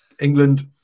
England